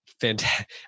fantastic